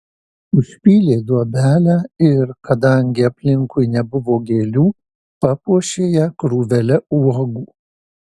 užpylė duobelę ir kadangi aplinkui nebuvo gėlių papuošė ją krūvele uogų